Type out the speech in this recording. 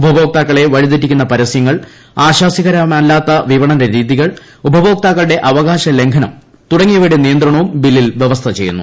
ഉപഭോക്താക്കളെ വഴിതെറ്റിക്കുന്ന പരസ്യങ്ങൾ ആശാസ്യകരമല്ലാത്ത വിപണന രീതികൾ ഉപഭോക്താക്കളുടെ അവകാശലംഘനം തുടങ്ങിയവയുടെ നിയന്ത്രണവും ബില്ലിൽ വൃവസ്ഥ ചെയ്യുന്നു